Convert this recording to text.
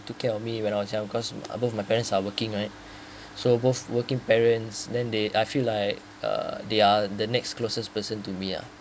take care of me when I was young because uh both my parents are working right so both working parents then they I feel like uh they are the next closest person to be uh